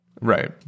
Right